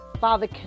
Father